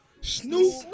Snoop